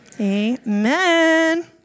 Amen